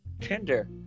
Tinder